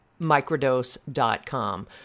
microdose.com